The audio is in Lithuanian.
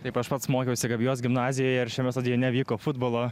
taip aš pats mokiausi gabijos gimnazijoje ir šiame stadione vyko futbolo